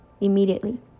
Immediately